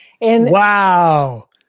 Wow